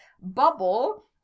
bubble